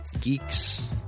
geeks